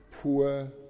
poor